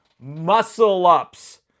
muscle-ups